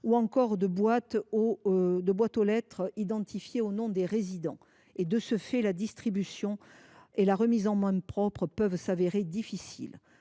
ou encore de boîtes aux lettres identifiées au nom des résidents. Ces défauts rendent la distribution et la remise en main propre plus difficiles.